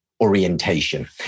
orientation